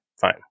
fine